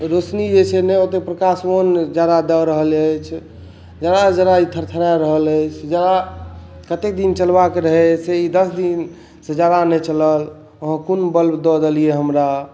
रौशनी जे छै ने ओतय प्रकाशवान नहि जादा दऽ रहल अछि जरैत जरैत थरथरा रहल अछि जरा कतेक दिन चलबाक रहय से ई दस दिनसे जादा नहि चलल अहाँ कोन बल्ब दऽ देलियै हमरा